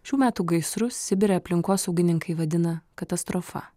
šių metų gaisrus sibire aplinkosaugininkai vadina katastrofa